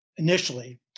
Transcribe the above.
Initially